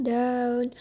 down